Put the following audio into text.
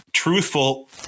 truthful